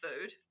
food